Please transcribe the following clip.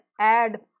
add